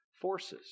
forces